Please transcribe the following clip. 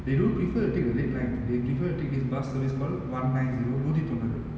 they don't prefer to take the red line they prefer to take this bus service called one nine zero நூத்தி தொண்ணூறு:noothi thonnooru